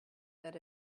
that